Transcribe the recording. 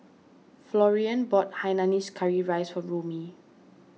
Florian bought Hainanese Curry Rice for Romie